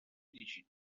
dirigit